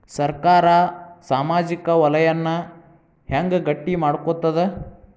ಸರ್ಕಾರಾ ಸಾಮಾಜಿಕ ವಲಯನ್ನ ಹೆಂಗ್ ಗಟ್ಟಿ ಮಾಡ್ಕೋತದ?